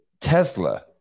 Tesla